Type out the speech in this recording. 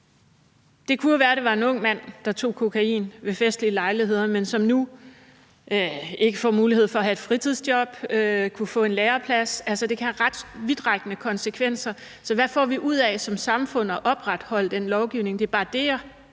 Det kunne jo være, det var en ung mand, der tog kokain ved festlige lejligheder, men som nu ikke får mulighed for at have et fritidsjob eller få en læreplads. Altså, det kan have ret vidtrækkende konsekvenser. Så hvad får vi ud af som samfund at opretholde den lovgivning? Det er bare det, jeg